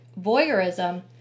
Voyeurism